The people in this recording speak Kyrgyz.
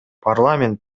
парламент